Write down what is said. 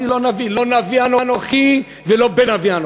אני לא נביא, לא נביא אנוכי לא בן נביא.